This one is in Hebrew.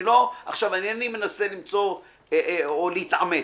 עכשיו, אינני מנסה למצוא או להתעמת.